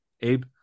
Abe